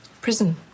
Prison